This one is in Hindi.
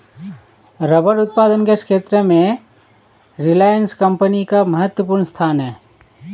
रबर उत्पादन के क्षेत्र में रिलायंस कम्पनी का महत्त्वपूर्ण स्थान है